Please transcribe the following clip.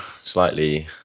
Slightly